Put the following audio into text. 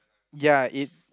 ya it